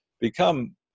become